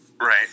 Right